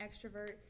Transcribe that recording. extrovert